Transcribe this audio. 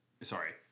Sorry